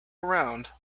around